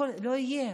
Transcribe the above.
לא יהיה.